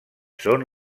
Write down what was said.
són